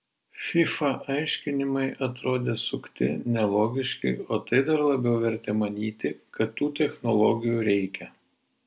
fifa aiškinimai atrodė sukti nelogiški o tai dar labiau vertė manyti kad tų technologijų reikia